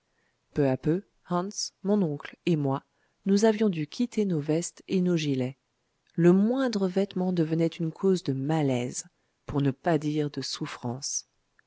peu à peu hans mon oncle et moi nous avions dû quitter nos vestes et nos gilets le moindre vêtement devenait une cause de malaise pour ne pas dire de souffrances